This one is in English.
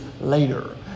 later